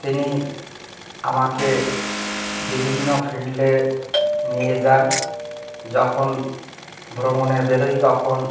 তিনি আমাকে বিভিন্ন ফিল্ডে নিয়ে যান যখন ভ্রমণে বেরোই তখন